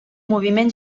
moviment